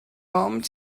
armed